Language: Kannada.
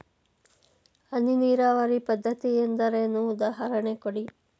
ಹನಿ ನೀರಾವರಿ ಪದ್ಧತಿ ಎಂದರೇನು, ಉದಾಹರಣೆ ಕೊಡಿ?